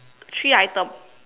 three item